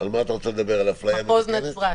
אתה רוצה לדבר, על אפליה מתקנת?